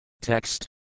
Text